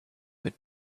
had